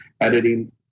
editing